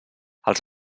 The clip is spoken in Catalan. els